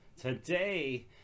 today